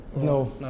No